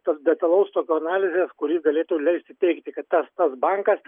tos detalaus tokio analizės kuri galėtų leisti teigti kad tas pats bankas